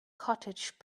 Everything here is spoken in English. cottage